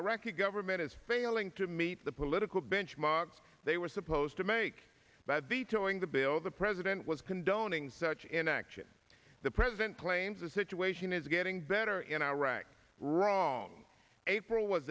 iraqi government is failing to meet the political benchmarks they were supposed to make that vetoing the bill the president was condoning such inaction the president claims the situation is getting better in iraq wrong april was